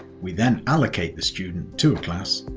we then allocate the student to a class,